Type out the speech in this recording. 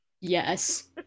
yes